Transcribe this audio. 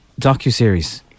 docuseries